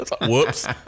Whoops